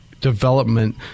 development